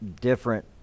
different